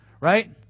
Right